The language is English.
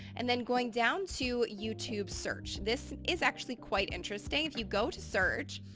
and then going down to youtube search. this is actually quite interesting. if you go to search,